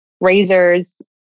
razors